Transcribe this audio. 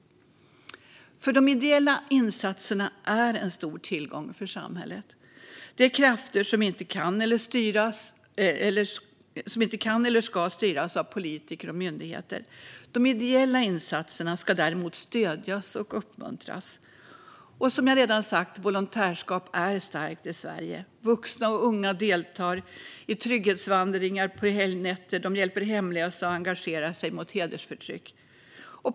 De ideella insatserna är en stor tillgång för samhället. Det är krafter som inte kan eller ska styras av politiker och myndigheter. De ideella insatserna ska däremot stödjas och uppmuntras. Och som jag redan sagt: Volontärskapet är starkt i Sverige. Vuxna och unga deltar i trygghetsvandringar på helgnätter, hjälper hemlösa och engagerar sig mot hedersförtryck.